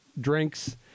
drinks